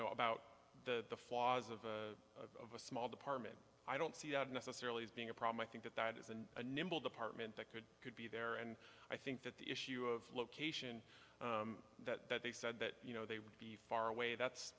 know about the flaws of a small department i don't see necessarily as being a problem i think that that isn't a nimble department that could could be there and i think that the issue of location that they said that you know they would be far away that's